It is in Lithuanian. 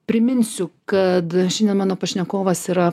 priminsiu kad šiandien mano pašnekovas yra